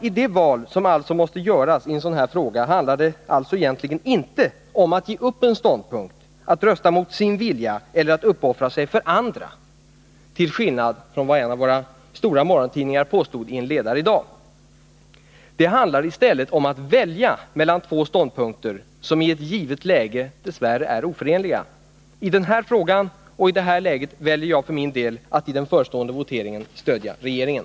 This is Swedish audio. I det val som alltså måste göras i en fråga som denna handlar det således egentligen inte om att överge en ståndpunkt, att rösta mot sin vilja eller att uppoffra sig för andra, till skillnad från vad som påstås i dagens ledare i en av våra större morgontidningar. Det handlar i stället om att välja mellan två ståndpunkter, som i ett givet läge dess värre är oförenliga. I denna fråga och i nuvarande läge väljer jag för min del att i den förestående voteringen stödja regeringen.